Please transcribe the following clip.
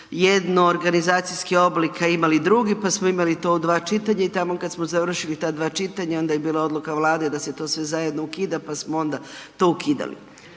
jedno od organizacijskih oblika imali drugi, pa smo to imali u dva čitanja i taman kad smo završili ta dva čitanja onda je bila odluka Vlade da se to sve zajedno ukida, pa smo onda to ukidali.